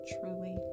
truly